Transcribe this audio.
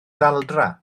daldra